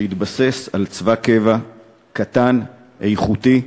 שהתבסס על צבא קבע קטן, איכותי,